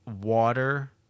water